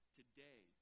today